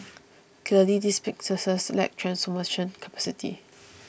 clearly these businesses lack transformation capacity